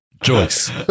Joyce